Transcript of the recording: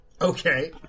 Okay